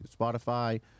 Spotify